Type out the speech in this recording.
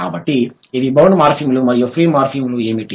కాబట్టి ఇవి బౌండ్ మార్ఫిమ్లు మరియు ఫ్రీ మార్ఫిమ్లు ఏమిటి